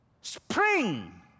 Spring